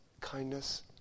kindness